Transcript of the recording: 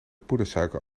poedersuiker